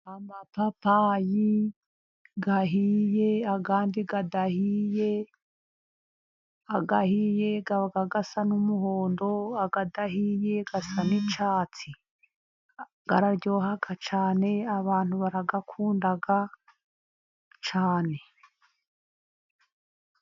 Amapapayi ahiye andi adahiye, ahiye abasa n' umuhondo adahiye asa n' icyatsi. Araryoha cyane abantu barayakunda cyane.